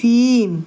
তিন